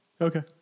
Okay